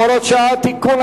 הוראת שעה) (תיקון),